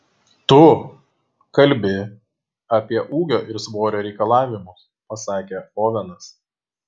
tu kalbi apie ūgio ir svorio reikalavimus pasakė ovenas